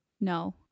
No